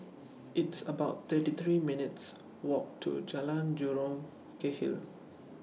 It's about thirty three minutes' Walk to Jalan Jurong Kechil